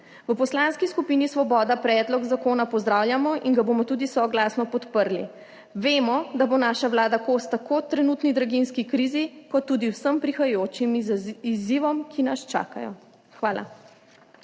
V Poslanski skupini Svoboda predlog zakona pozdravljamo in ga bomo tudi soglasno podprli. Vemo, da bo naša vlada kos tako trenutni draginjski krizi kot tudi vsem prihajajočim izzivom, ki nas čakajo. Hvala.